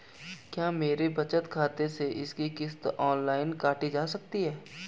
क्या मेरे बचत खाते से इसकी किश्त ऑनलाइन काटी जा सकती है?